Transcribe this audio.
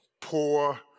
poor